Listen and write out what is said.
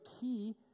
key